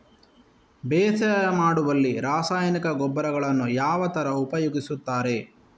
ಬೇಸಾಯ ಮಾಡುವಲ್ಲಿ ರಾಸಾಯನಿಕ ಗೊಬ್ಬರಗಳನ್ನು ಯಾವ ತರ ಉಪಯೋಗಿಸುತ್ತಾರೆ?